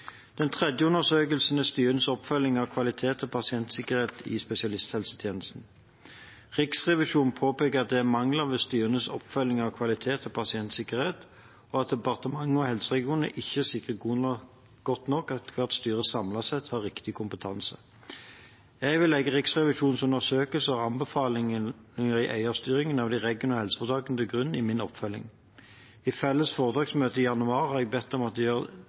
Den tredje undersøkelsen er av styrenes oppfølging av kvalitet og pasientsikkerhet i spesialisthelsetjenesten. Riksrevisjonen påpeker at det er mangler ved styrenes oppfølging av kvalitet og pasientsikkerhet, og at departementet og helseregionene ikke sikrer godt nok at hvert styre samlet sett har riktig kompetanse. Jeg vil legge Riksrevisjonens undersøkelser og anbefalinger når det gjelder eierstyringen av de regionale helseforetakene, til grunn i min oppfølging. I felles foretaksmøte i januar ba jeg om at de gjør